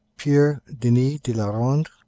pierre denis de la ronde,